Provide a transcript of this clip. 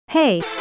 Hey